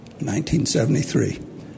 1973